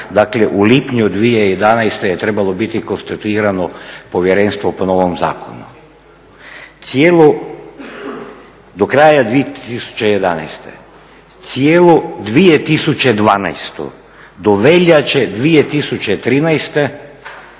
dakle u lipnju 2011. je trebalo biti konstituirano povjerenstvo po novom zakonu. Do kraja 2011., cijelu 2012., do veljače 2013.